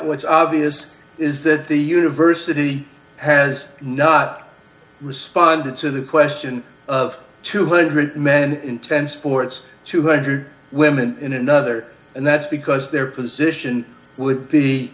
what's obvious is that the university has not responded to the question of two hundred men intense sports two hundred women in another and that's because their position would